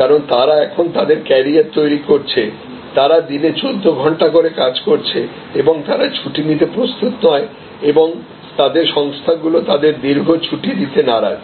কারণ তারা এখন তাদের ক্যারিয়ার তৈরি করছে তারা দিনে 14 ঘন্টা করে কাজ করছে এবং তারা ছুটি নিতে প্রস্তুত নয় বা তাদের সংস্থাগুলো তাদের দীর্ঘ ছুটি দিতে নারাজ